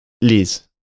Liz